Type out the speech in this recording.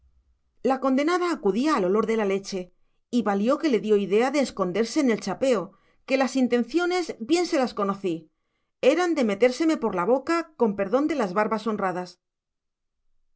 la condenada acudía al olor de la leche y valió que le dio idea de esconderse en el chapeo que las intenciones bien se las conocí eran de metérseme por la boca con perdón de las barbas honradas